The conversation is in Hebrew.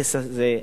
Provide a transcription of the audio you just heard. הנכס הזה,